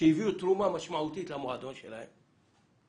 שהביאו תרומה משמעותית למועדון שלהם,